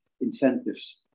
incentives